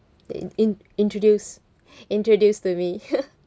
in in introduce introduce to me